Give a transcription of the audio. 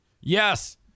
Yes